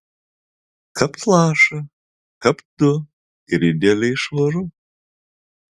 kapt lašą kapt du ir idealiai švaru